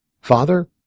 Father